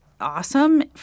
awesome